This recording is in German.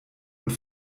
und